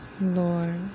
Lord